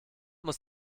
muss